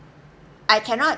I cannot